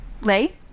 lay